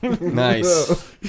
Nice